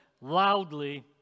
loudly